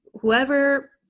whoever